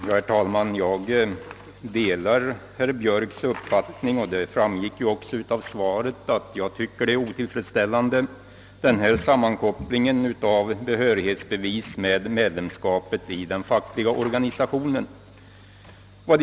Herr talman! Jag delar herr Björks i Göteborg uppfattning, och det framgår ju också av mitt svar att jag tycker att denna sammankoppling av behörighetsbevis och medlemskapet i den fackliga organisationen är otillfredsställande.